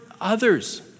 others